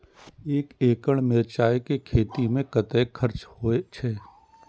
एक एकड़ मिरचाय के खेती में कतेक खर्च होय छै?